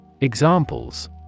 Examples